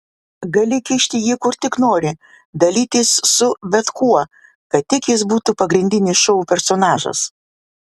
gali kišti jį kur tik nori dalytis su bet kuo kad tik jis būtų pagrindinis šou personažas